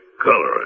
color